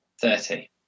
Thirty